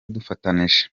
dufatanyije